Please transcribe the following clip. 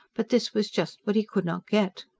but this was just what he could not get.